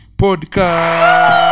podcast